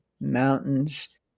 mountains